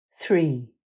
Three